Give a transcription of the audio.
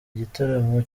igitaramo